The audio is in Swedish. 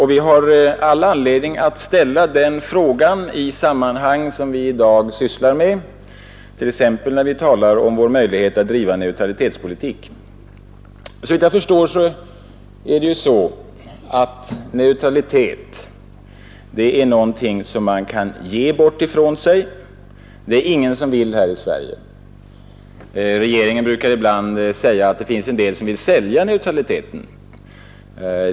Man har all anledning att ställa den frågan i det sammanhang som vi i dag sysslar med, inte minst när vi talar om våra möjligheter att driva en neutralitetspolitik. Man säger ibland att det finns de som vill sälja neutraliteten.